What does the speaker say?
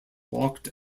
walked